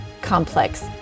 complex